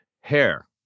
hair